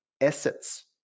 assets